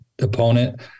opponent